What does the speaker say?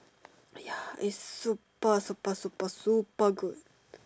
ya is super super super super good